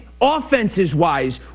Offenses-wise